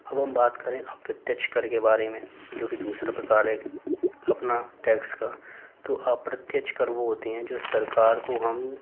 अब हम बात करें अप्रत्यक्ष कर के बारे में जो कि दूसरा प्रकार है अपना टैक्स का तो अप्रत्यक्ष कर वो होते हैं जो सरकार को हम